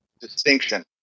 distinction